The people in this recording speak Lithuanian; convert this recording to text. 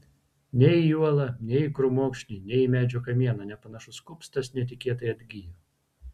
nei į uolą nei į krūmokšnį nei į medžio kamieną nepanašus kupstas netikėtai atgijo